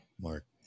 Mark